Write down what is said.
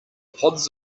pods